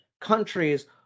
countries